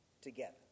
together